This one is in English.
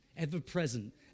ever-present